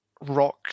Rock